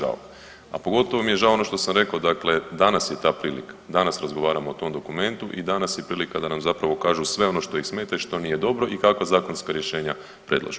A pogotovo mi je žao ono što sam rekao, dakle danas je ta prilika, danas razgovaramo o tom dokumentu i danas je prilika da nam zapravo kažu sve ono što ih smeta i što nije dobro i kako zakonska rješenja predlažu.